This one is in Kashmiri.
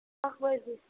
اَکھ بجے